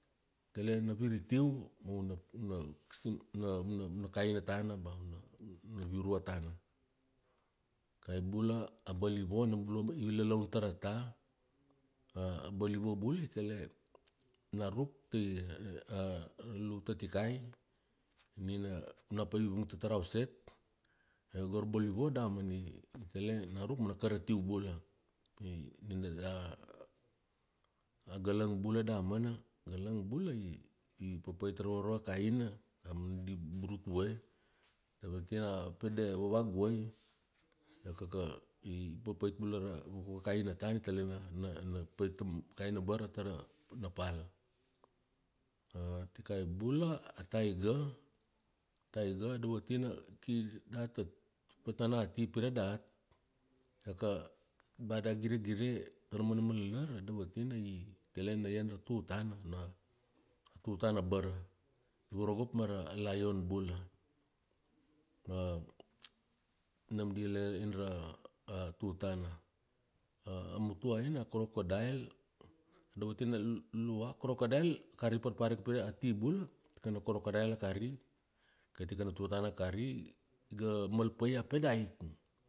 Tele na viritiu, mauna, una, kisim, una, una kaina tana bea una, una virua tana. Tikai bula a balivo nina i lalaun tara ta. A balivo bula, i tele na ruk tai, ra lu tatikai, nina ona pai vung ta tarauset. Io go ra balivo damana i, i tele na ruk mana karatiu bula. A galang bula damana. Galang bula i, i, papait ra varvakaina, damana di burutue. I vakia a pede vavaguai, iakaka i papait bula ra vakvakaina tele na, na, na pait ta kaina abara tara, na pal. Tikai bula a tiger. Tiger a dovotina kir data, patana ati pire dat, iaka ba da giregire tara umana malalar, a dovotina i, tele na ian ra tutana ona tutana a bara. I vorogop mara lion bula. Ma, nam dila ian ra, a tutana. A mutuaina a crocodile, dovotina lu- lua a crocodile, crocodile a kari parparika, ati bula, tikana crocodile a kari, kai tikana tutana a kari, iga, mal pa ia a pedeaik..